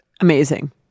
Amazing